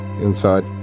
inside